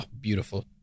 Beautiful